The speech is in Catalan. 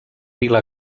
vila